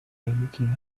looking